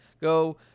go